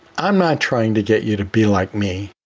i'm not trying to get you to be like me.